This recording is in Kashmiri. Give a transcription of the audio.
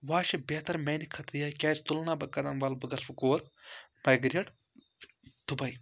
وۅنۍ چھُ بہتر میٛانہِ خٲطرٕ یہِ کیٛازِ تُلہٕ نا بہٕ کرن وَلہٕ بہٕ گژھٕ ہوٚر مایگریٹ دُبے